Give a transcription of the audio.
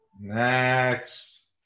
Next